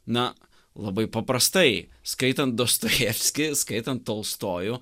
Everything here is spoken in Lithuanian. na labai paprastai skaitant dostojevskį skaitant tolstojų